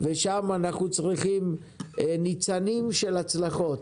ושם אנחנו צריכים ניצנים של הצלחות.